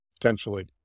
potentially